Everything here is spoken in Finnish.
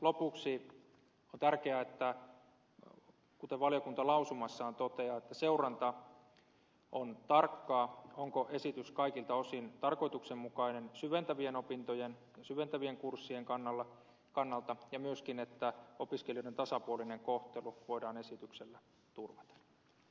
lopuksi on tärkeää kuten valiokunta lausumassaan toteaa että seuranta on tarkkaa siinä onko esitys kaikilta osin tarkoituksenmukainen syventävien opintojen ja syventävien kurssien kannalta ja myöskin niin että opiskelijoiden tasapuolinen kohtelu voidaan esityksellä turvata